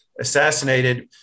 assassinated